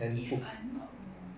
if I'm not wrong